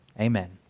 Amen